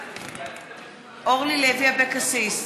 אורלי לוי אבקסיס,